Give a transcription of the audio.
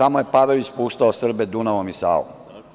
Samo je Pavelić puštao Srbe Dunavom i Savom.